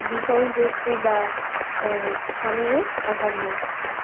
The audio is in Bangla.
বিষয়বস্তু বা স্থানেরও অভাব নেই